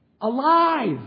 alive